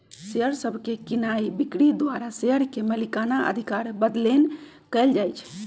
share सभके कीनाइ बिक्री द्वारा शेयर के मलिकना अधिकार बदलैंन कएल जाइ छइ